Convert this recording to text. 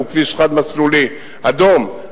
שהוא כביש חד-מסלולי אדום?